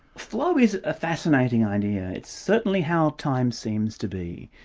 flow is a fascinating idea. it's certainly how time seems to be.